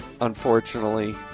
unfortunately